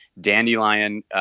Dandelion